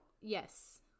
Yes